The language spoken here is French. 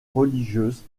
religieuses